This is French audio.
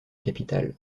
capitale